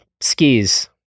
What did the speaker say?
skis